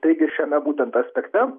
taigi šiame būtent aspekte